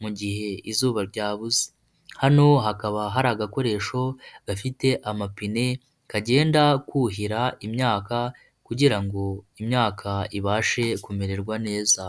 mu gihe izuba ryabuze hano hakaba hari agakoresho, gafite amapine kagenda kuhira imyaka, kugira ngo imyaka ibashe kumererwa neza.